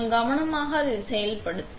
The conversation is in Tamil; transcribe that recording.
எனவே நாம் கவனமாக அதை செயல்படுத்த